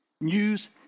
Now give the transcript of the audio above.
News